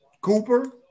Cooper